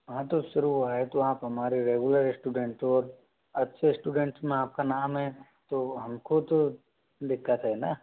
हाँ तो शुरू हुआ है तो आप हमारे रेगुलर स्टूडेंट हो अच्छे स्टूडेंट में आपका नाम है तो हम को तो दिक्कत है ना